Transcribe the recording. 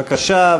בבקשה.